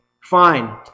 Fine